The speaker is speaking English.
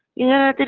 yeah, but